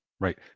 Right